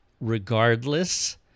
regardless